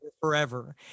forever